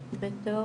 דום,